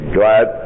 glad